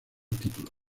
título